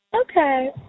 Okay